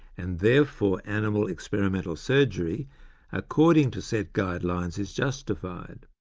and therefore animal experimental surgery according to set guidelines is justified.